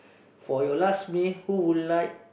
for your last meal who would like